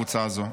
בקבוצה הזו,